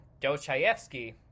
Dostoevsky